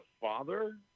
father